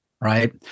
right